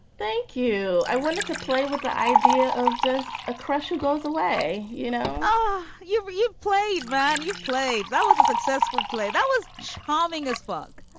thank you. i wanted to play with the idea of does a crush goes away, you know? oh, you were you played, man. you play. that was a successful play. that was charming as fuck.